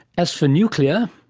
as for nuclear,